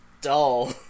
dull